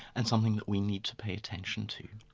and something that we need to pay attention to,